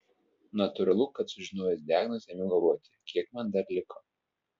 natūralu kad sužinojęs diagnozę ėmiau galvoti kiek man dar liko